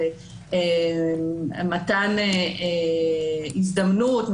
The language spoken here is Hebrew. על מתן הזדמנות,